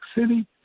City